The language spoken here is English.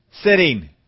sitting